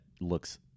looks